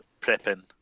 prepping